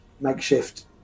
makeshift